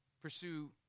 Pursue